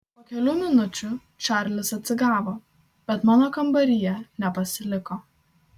po kelių minučių čarlis atsigavo bet mano kambaryje nepasiliko